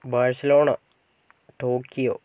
Barcelona Tokyo